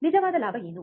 ನಿಜವಾದ ಲಾಭ ಏನು